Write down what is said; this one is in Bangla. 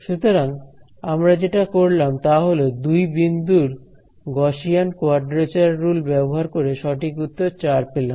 সুতরাং আমরা যেটা করলাম তা হল দুই বিন্দুর গসিয়ান কোয়াড্রেচার রুল ব্যবহার করে সঠিক উত্তর 4 পেলাম